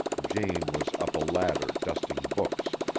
jane was up a ladder, dusting books.